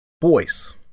Boys